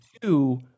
two